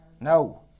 No